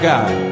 God